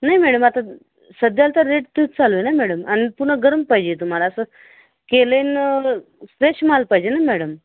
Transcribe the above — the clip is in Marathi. नाही मॅडम आता सध्या तर रेट तेच चालू आहे ना मॅडम आणि पुन्हा गरम पाहिजे तुम्हाला असं केल्याने फ्रेश माल पाहिजे ना मॅडम